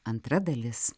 antra dalis